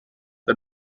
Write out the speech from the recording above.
the